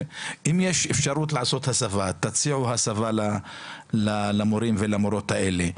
אם יש אפשרות לעשות הסבה תציעו הסבה למורים ולמורות האלה.